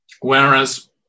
whereas